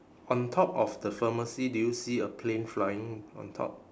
on top of the pharmacy do you see a plane flying on top